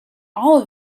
all